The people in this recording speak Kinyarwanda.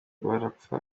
barapfa